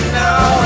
now